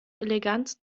elegant